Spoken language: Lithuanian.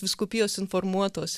vyskupijos informuotos